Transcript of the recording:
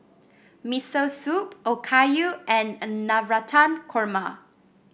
Miso Soup Okayu and an Navratan Korma